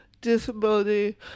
disability